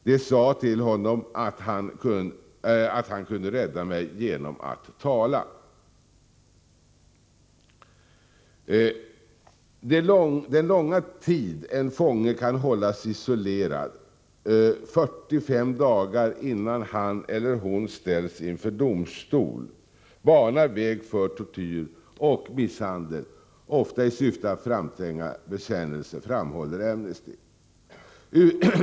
De sa till honom att han kunde rädda mig genom att tala.” Den långa tid en fånge kan hållas isolerad — 45 dagar — innan han eller hon ställs inför domstol, banar väg för tortyr och misshandel, ofta i syfte att framtvinga bekännelser, framhåller Amnesty.